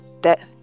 death